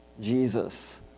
Jesus